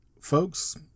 folks